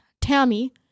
Tammy